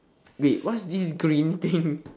wait what's this green thing